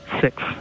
six